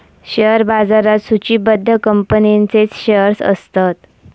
share बाजारात सुचिबद्ध कंपनींचेच शेअर्स असतत